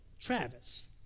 Travis